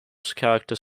character